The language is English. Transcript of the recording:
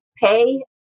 pay